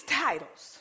titles